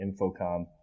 Infocom